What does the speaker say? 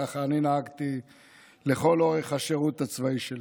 כך אני נהגתי לכל אורך השירות הצבאי שלי.